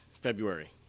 February